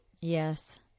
Yes